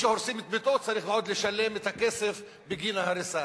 שהורסים את ביתו צריך עוד לשלם את הכסף בגין ההריסה.